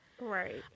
Right